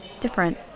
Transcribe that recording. different